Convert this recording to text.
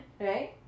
Right